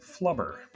Flubber